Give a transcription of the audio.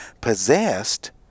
possessed